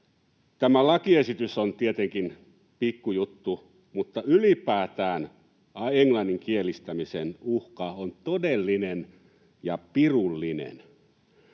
Tämä lakiesitys on tietenkin pikkujuttu, mutta ylipäätään englanninkielistämisen uhka on todellinen ja pirullinen.